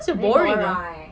adik dora eh